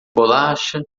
bolacha